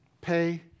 Pay